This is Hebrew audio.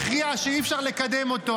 היא הכריעה שאי-אפשר לקדם אותו.